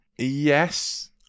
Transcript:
Yes